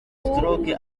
stroke